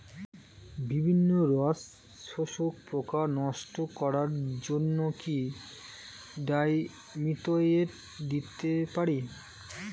বিভিন্ন রস শোষক পোকা নষ্ট করার জন্য কি ডাইমিথোয়েট দিতে পারি?